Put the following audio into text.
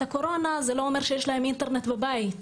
הקורונה זה לא אומר שיש להם אינטרנט בבתים.